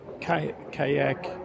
kayak